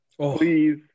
Please